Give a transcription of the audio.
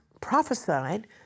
prophesied